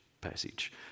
passage